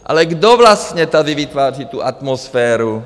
Ale kdo vlastně tady vytváří tu atmosféru?